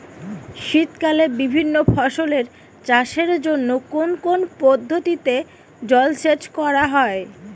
শীতকালে বিভিন্ন ফসলের চাষের জন্য কোন কোন পদ্ধতিতে জলসেচ করা হয়?